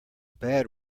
bad